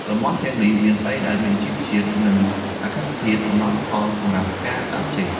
តំបន់ទាំងនេះមានដីដែលមានជីវជាតិ និងអាកាសធាតុអំណោយផលសម្រាប់ការដាំចេក។